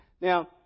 Now